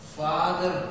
father